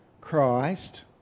Christ